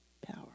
power